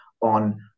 on